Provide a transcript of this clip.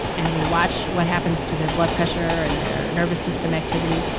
and we watch what happens to their blood pressure and their nervous system activity,